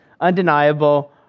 undeniable